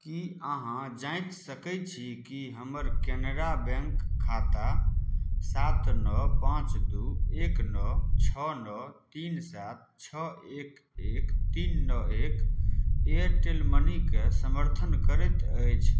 की अहाँ जांँचि सकैत छी कि हमर केनरा बैंक खाता सात नओ पांँच दू एक नओ छओ नओ तीन सात छओ एक एक तीन नओ एक एयरटेल मनी कऽ समर्थन करैत अछि